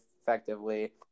effectively